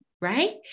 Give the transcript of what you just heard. Right